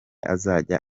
azajya